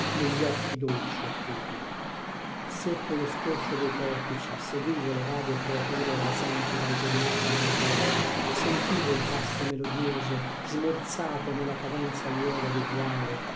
negli occhi dolci e cupi sotto lo scorcio dei portici seguivo le vaghe creature rasenti dai pennacchi melodiosi sentivo il passo melodioso smorzato nella cadenza lieve ed uguale